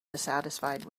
dissatisfied